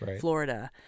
Florida